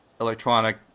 electronic